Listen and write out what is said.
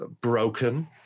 broken